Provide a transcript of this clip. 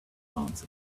answered